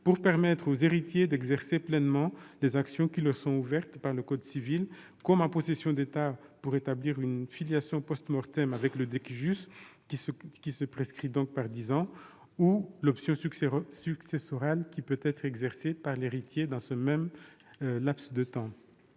pour permettre aux héritiers d'exercer pleinement les actions qui leur sont ouvertes par le code civil, comme l'action en possession d'état pour établir une filiation avec le, qui se prescrit par dix ans, ou l'option successorale, qui peut être exercée par l'héritier dans ce même délai.